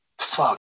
Fuck